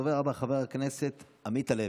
הדובר הבא, חבר הכנסת עמית הלוי,